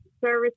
Service